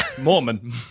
mormon